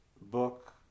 book